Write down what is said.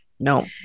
No